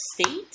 state